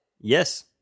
Yes